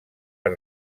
per